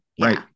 Right